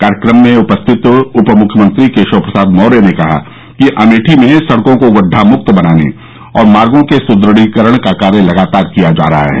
कार्यक्रम में उपस्थित उप मुख्यमंत्री केशव प्रसाद मौर्य ने कहा कि अमेठी में सडकों को गढढा मुक्त बनाने और मार्गो के सुद्वीकरण का कार्य लगातार किया जा रहा है